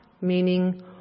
meaning